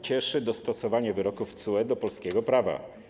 Cieszy nas dostosowanie wyroków TSUE do polskiego prawa.